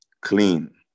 clean